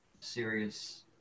serious